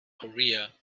korea